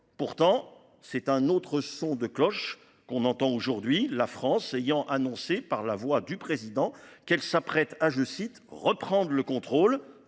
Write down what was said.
Pourtant, c’est un autre son de cloche que l’on entend aujourd’hui, la France ayant annoncé, par la voix du Président, qu’elle s’apprête à « reprendre le contrôle